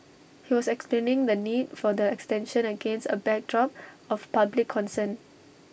he was explaining the need for the extension against A backdrop of public concern